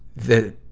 the